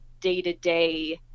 day-to-day